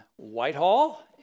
Whitehall